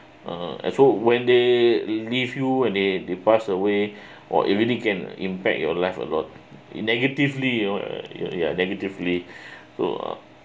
uh !huh! so when they leave you and they they pass away or it really can impact your life a lot it negatively you know ya ya ya negatively so uh